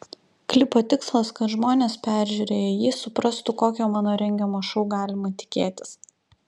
klipo tikslas kad žmonės peržiūrėję jį suprastų kokio mano rengiamo šou galima tikėtis